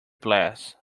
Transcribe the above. brass